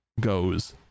goes